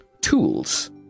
tools